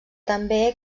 també